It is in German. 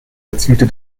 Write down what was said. erzielte